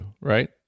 right